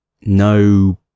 no